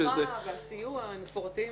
ההדרכה והסיוע מפורטים.